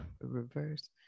reverse